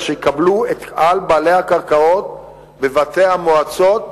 אשר יקבלו את קהל בעלי הקרקעות בבתי המועצות